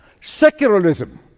Secularism